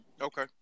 Okay